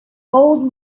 old